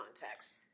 context